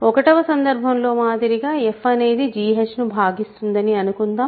1 వ సందర్భం లో మాదిరిగా f అనేది g h ను భాగిస్తుందని అనుకుందాము